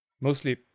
mostly